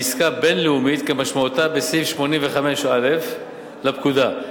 עסקה בין-לאומית כמשמעותה בסעיף 85א לפקודה.